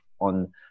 on